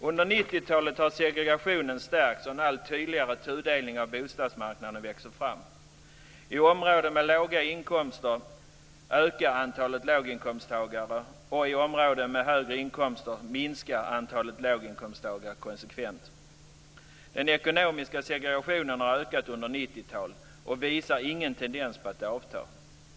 Under 90-talet har segregationen stärkts, och en allt tydligare tudelning av bostadsmarknaden växer fram. I områden med låga inkomster ökar antalet låginkomsttagare, och i områden med högre inkomster minskar antalet låginkomsttagare. Den ekonomiska segregationen har ökat under 90-talet och visar ingen tendens till att avta.